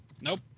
Nope